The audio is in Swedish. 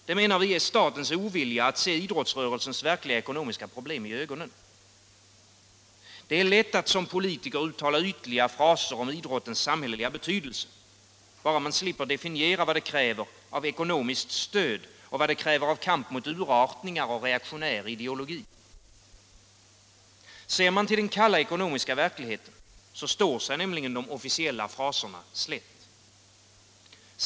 Det är statens ovilja att se idrottsrörelsens verkliga ekonomiska problem i ögonen Det är lätt att som politiker uttala ytliga fraser om idrottens samhälleliga betydelse — bara man slipper definiera vad det kräver av ekonomiskt stöd och vad det kräver av kamp mot urartningar och reaktionär ideologi. Ser man till den kalla ekonomiska verkligheten, står sig nämligen de officiella fraserna slätt.